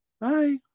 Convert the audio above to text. Bye